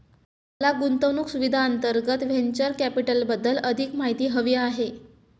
मला गुंतवणूक सुविधांअंतर्गत व्हेंचर कॅपिटलबद्दल अधिक माहिती हवी आहे